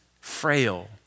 frail